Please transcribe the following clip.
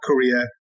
Korea